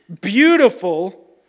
beautiful